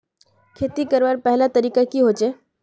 खेती करवार पहला तरीका की होचए?